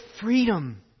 freedom